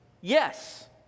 Yes